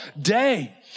day